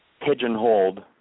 pigeonholed